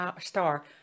Star